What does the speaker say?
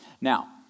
Now